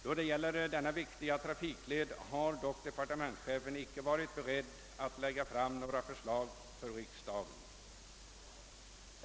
Då det gäller denna viktiga trafikled har dock departementschefen icke varit beredd att lägga fram några förslag för riksdagen.